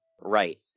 Right